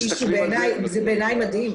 זה בעיניי מדהים.